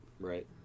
Right